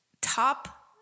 top